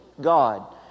God